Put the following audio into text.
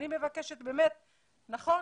אני מבקשת, נכון